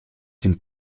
den